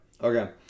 Okay